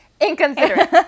inconsiderate